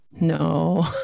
no